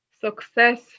success